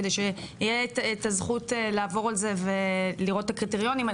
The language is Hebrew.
כדי שיהיה את הזכות לעבור על זה ולראות את הקריטריונים.